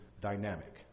dynamic